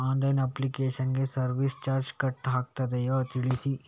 Online application ಗೆ service charge cut ಆಗುತ್ತದೆಯಾ ತಿಳಿಸಿ?